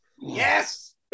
Yes